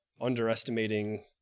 underestimating